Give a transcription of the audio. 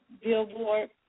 Billboard